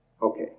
Okay